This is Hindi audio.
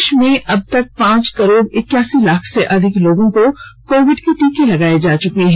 देश में अब तक पांच करोड इक्कासी लाख से अधिक लोगों को कोविड का टीका लगाया जा चुका है